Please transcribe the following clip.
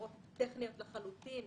הערות טכניות לחלוטין.